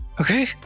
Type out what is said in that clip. okay